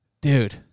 dude